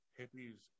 hippies